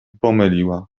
pomyliła